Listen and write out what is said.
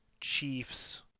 Chiefs